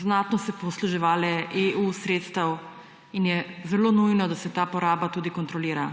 znatno posluževale sredstev EU in je zelo nujno, da se ta poraba tudi kontrolira.